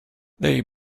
they